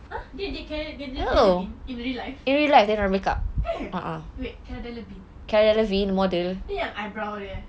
!huh! dia yang date kara loving in real life eh wait kara loving dia yang eyebrow dia eh